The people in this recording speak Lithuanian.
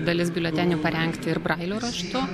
dalis biuletenių parengti ir brailio raštu